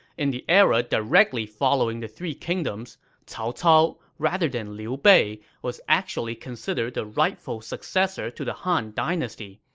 in the era directly following the three kingdoms, cao cao, rather than liu bei, was actually considered the rightful successor to the han dynasty,